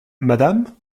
madame